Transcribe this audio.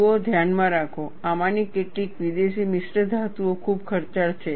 જુઓ ધ્યાનમાં રાખો આમાંની કેટલીક વિદેશી મિશ્રધાતુઓ ખૂબ ખર્ચાળ છે